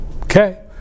okay